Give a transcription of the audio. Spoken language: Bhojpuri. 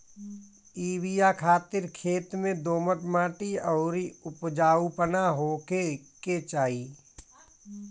इ बिया खातिर खेत में दोमट माटी अउरी उपजाऊपना होखे के चाही